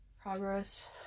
Progress